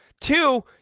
Two